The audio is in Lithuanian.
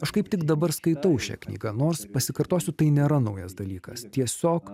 aš kaip tik dabar skaitau šią knygą nors pasikartosiu tai nėra naujas dalykas tiesiog